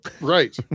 Right